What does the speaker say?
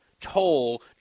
toll